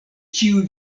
ĉiuj